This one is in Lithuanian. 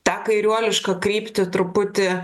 tą kairiuolišką kryptį truputį